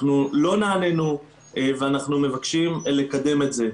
אנחנו לא נענינו, ואנחנו מבקשים לקדם את זה.